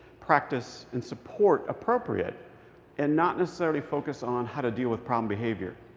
practice, and support appropriate and not necessarily focus on how to deal with problem behavior.